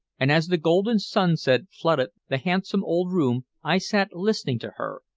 and as the golden sunset flooded the handsome old room i sat listening to her,